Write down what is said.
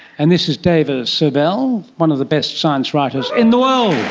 and this is dava sobel, one of the best science writers in the world.